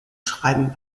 schreiben